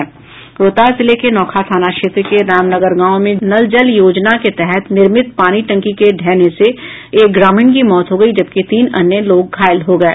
रोहतास जिले के नोखा थाना क्षेत्र के रामनगर गांव में नल जल योजना के तहत निर्मित पानी टंकी के ढ़हने से एक ग्रामीण की मौत हो गयी जबकि तीन अन्य लोग घायल हो गये